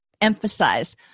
emphasize